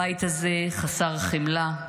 הבית הזה חסר חמלה,